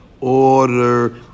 order